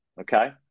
okay